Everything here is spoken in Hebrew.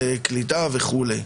קליטה וכדומה.